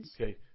Okay